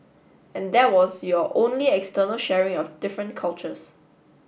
and that was your only external sharing of different cultures